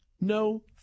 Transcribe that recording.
No